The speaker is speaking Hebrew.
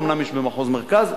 אומנם יש במחוז מרכז,